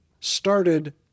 Started